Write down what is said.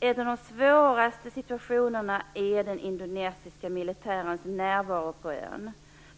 En av de svåraste situationerna är den indonesiska militärens närvaro på ön.